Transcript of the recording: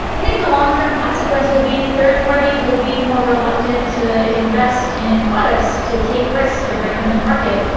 i think the long-term consequence will be that third parties will be more reluctant to invest in products to take risks to bring them to market,